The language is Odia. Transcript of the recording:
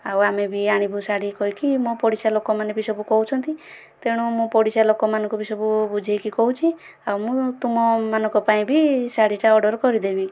ଆଉ ଆମେ ବି ଆଣିବୁ ଶାଢ଼ୀ କହିକି ମୋ ପଡ଼ିଶା ଲୋକମାନେ ବି ସବୁ କହୁଛନ୍ତି ତେଣୁ ମୁଁ ପଡ଼ିଶା ଲୋକମାନଙ୍କୁ ବି ସବୁ ବୁଝେଇକି କହୁଛି ଆଉ ମୁଁ ତୁମମାନଙ୍କ ପାଇଁ ବି ଶାଢ଼ୀଟା ଅର୍ଡ଼ର କରିଦେବି